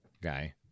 guy